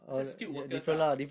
还是 skilled workers ah